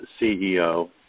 CEO